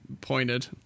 pointed